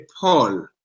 Paul